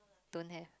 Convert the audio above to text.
don't have